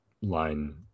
line